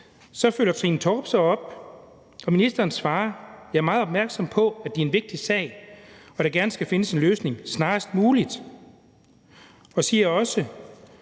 følger Trine Torp så op på det, og ministeren svarer: Jeg er meget opmærksom på, at det er en vigtig sag, og at der gerne skal findes en løsning snarest muligt. Ministeren siger også: